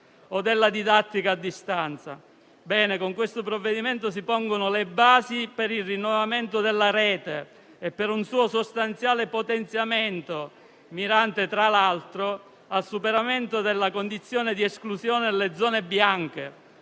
o della didattica a distanza. Bene, con questo provvedimento si pongono le basi per il rinnovamento della rete e per un suo sostanziale potenziamento mirante, tra l'altro, al superamento della condizione di esclusione delle zone bianche